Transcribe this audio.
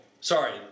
sorry